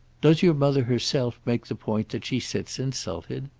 does your mother herself make the point that she sits insulted?